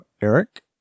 Eric